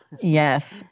Yes